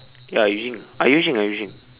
ya I using I using I using